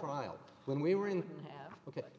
trial when we were in